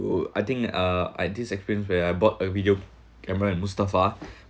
I think uh I have this experience where I bought a video camera and most stuff ah